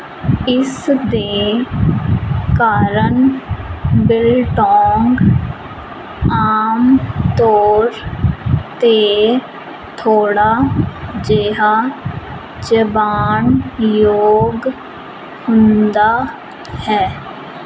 ਇਸ ਦੇ ਕਾਰਨ ਬਿਲਟੌਂਗ ਆਮ ਤੌਰ 'ਤੇ ਥੋੜ੍ਹਾ ਜਿਹਾ ਚਬਾਣ ਯੋਗ ਹੁੰਦਾ ਹੈ